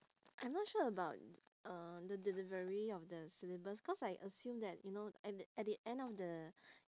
I'm not sure about uh the delivery of the syllabus cause I assume that you know at the at the end of the